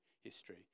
history